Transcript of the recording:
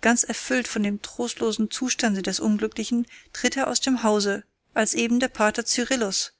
ganz erfüllt von dem trostlosen zustande des unglücklichen tritt er aus dem hause als eben der pater cyrillus